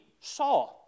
saw